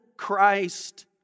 christ